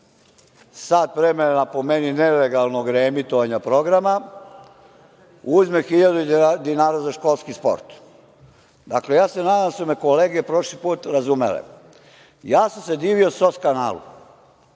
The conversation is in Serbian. sat vremena, po meni nelegalnog reemitovanja programa uzme 1.000 dinara za školski sport. Nadam se da su me kolege prošli put razumele. Ja sam se divio SOS kanalu